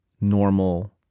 normal